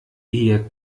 ihr